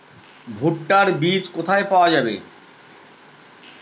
ভুট্টার বিজ কোথায় পাওয়া যাবে?